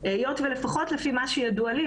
היות ולפחות לפי מה שידוע לי,